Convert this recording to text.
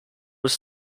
was